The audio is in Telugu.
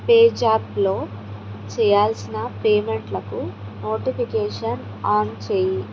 పేజాప్లో చేయాల్సిన పేమెంట్లకు నోటిఫికేషన్ ఆన్ చెయ్యి